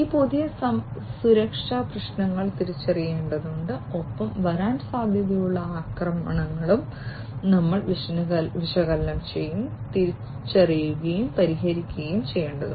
ഈ പുതിയ സുരക്ഷാ പ്രശ്നങ്ങൾ തിരിച്ചറിയേണ്ടതുണ്ട് ഒപ്പം വരാൻ സാധ്യതയുള്ള ആക്രമണങ്ങളും ഞങ്ങൾ വിശകലനം ചെയ്യുകയും തിരിച്ചറിയുകയും പരിഹരിക്കുകയും ചെയ്യേണ്ടതുണ്ട്